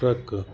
truck